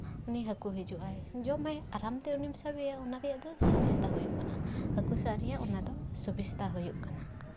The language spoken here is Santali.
ᱩᱱᱤ ᱦᱟᱹᱠᱩ ᱦᱤᱡᱩᱜᱼᱟᱭ ᱡᱚᱢᱟᱭ ᱟᱨᱟᱢᱛᱮ ᱩᱱᱤᱢ ᱥᱟᱵᱮᱭᱟ ᱚᱱᱟ ᱜᱮ ᱟᱫᱚ ᱥᱩᱵᱤᱥᱛᱟ ᱦᱩᱭᱩᱜ ᱠᱟᱱᱟ ᱦᱟᱹᱠᱩ ᱥᱟᱵ ᱨᱮᱭᱟᱜ ᱚᱱᱟ ᱫᱚ ᱥᱩᱵᱤᱥᱛᱟ ᱦᱩᱭᱩᱜ ᱠᱟᱱᱟ